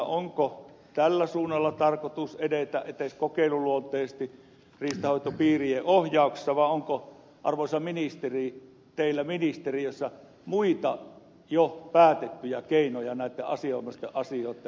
onko tällä suunnalla tarkoitus edetä edes kokeiluluonteisesti riistanhoitopiirien ohjauksessa vai onko arvoisa ministeri teillä ministeriössä muita jo päätettyjä keinoja näitten asianomaisten asioitten eteenpäinviemiseksi